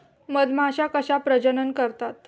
मधमाश्या कशा प्रजनन करतात?